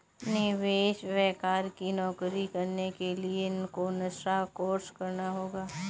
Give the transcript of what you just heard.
निवेश बैंकर की नौकरी करने के लिए कौनसा कोर्स करना होगा?